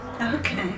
okay